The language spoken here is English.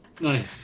Nice